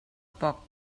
poc